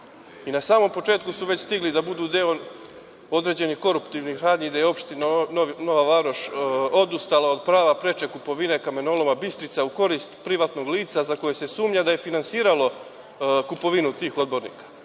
i na samom početku su već stigli da budu deo određenih koruptivnih radnji, gde je opština Nova Varoš odustala od prava preče kupovine Kamenoloma „Bistrica“ u korist privatnog lica za koje se sumnja da je finansiralo kupovinu tih odbornika.